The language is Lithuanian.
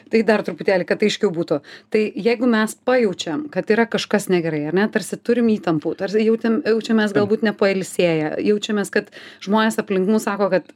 tai dar truputėlį kad aiškiau būtų tai jeigu mes pajaučiam kad yra kažkas negerai ar ne tarsi turim įtampų tarsi jautėm jaučiamės galbūt nepailsėję jaučiamės kad žmonės aplink mus sako kad